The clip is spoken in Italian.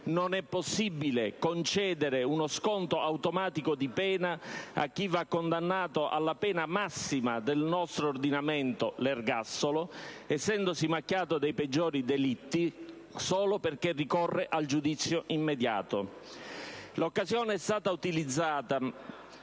Non è possibile concedere uno sconto automatico di pena a chi va condannato alla pena massima del nostro ordinamento, l'ergastolo, essendosi macchiato dei peggiori delitti solo perché ricorre al giudizio immediato. L'occasione è stata utilizzata